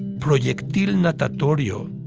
proyectil natatorio,